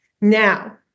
Now